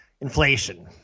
Inflation